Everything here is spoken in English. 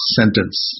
sentence